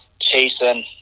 chasing